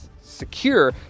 secure